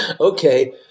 okay